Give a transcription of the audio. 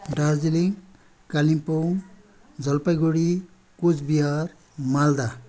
Darjeeling Kalimpong Jalpaiguri Coochbehar Malda